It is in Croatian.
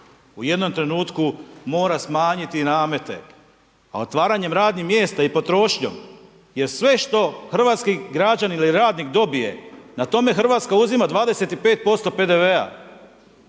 U jednom trenutku mora smanjiti namete. A otvaranjem radnih mjesta i potrošnjom, jer sve što hrvatski građanin ili radnik dobije na tome Hrvatska uzima 25% PDV-a.